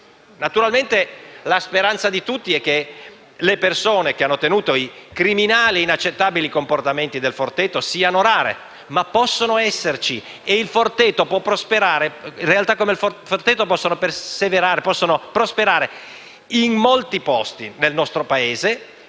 Naturalmente, la speranza di tutti è che le persone che hanno tenuto i criminali e inaccettabili comportamenti del Forteto siano rare; ma possono esserci, e realtà come Il Forteto possono perseverare e prosperare in molti posti nel nostro Paese,